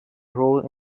role